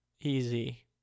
easy